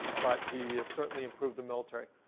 but he has certainly improved the military.